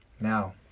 Now